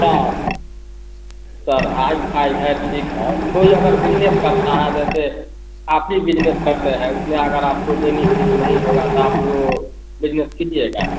साहब sir hi fi है ठीक है कोई अगर बिजनेस करता है जैसे आप ही बिजनेस करते हैं इसमें अगर आपको बेनिफिट नहीं होगा तो आप वह बिजनेस कीजिएगा